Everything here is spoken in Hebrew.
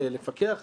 לפקח עליו,